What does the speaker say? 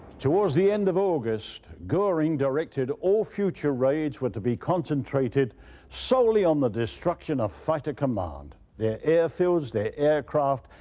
towards the end of august, goring directed all future raids were to be concentrated solely on the destruction of fighter command. their airfields, their aircraft,